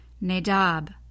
Nadab